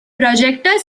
projector